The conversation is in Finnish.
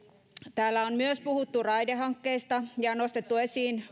täällä on myös puhuttu raidehankkeista ja on nostettu esiin